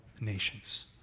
nations